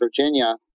Virginia